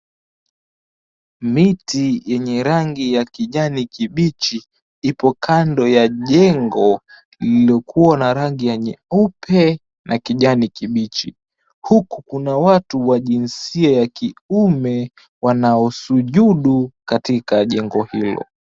Miti yenye rangi ya kijani kibichi ipo kando ya jengo lililokua na rangi ya nyeupe na kijani kibichi, huku kuna watu wa jinsia ya kiume wanaosujudu katika jengo hilo.